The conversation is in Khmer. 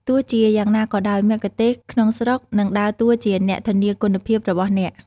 ទោះជាយ៉ាងណាក៏ដោយ មគ្គុទ្ទេសក៍ក្នុងស្រុកនឹងដើរតួជាអ្នកធានាគុណភាពរបស់អ្នក។